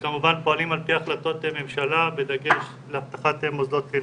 וכמובן פועלים על פי החלטות ממשלה בדגש לאבטחת מוסדות חינוך.